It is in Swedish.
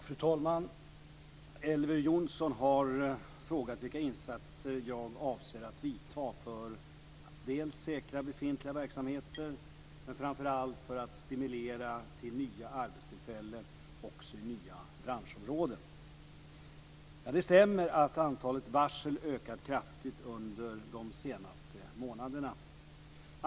Fru talman! Elver Jonsson har frågat vilka insatser jag avser att göra för att dels säkra befintliga verksamheter, men framför allt stimulera till nya arbetstillfällen också i nya branschområden. Det stämmer att antalet varsel ökat kraftigt under de senaste månaderna.